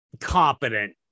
competent